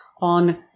on